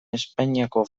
espainiako